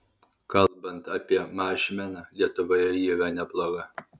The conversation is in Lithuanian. kalbant apie mažmeną lietuvoje ji yra nebloga